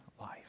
life